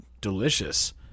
delicious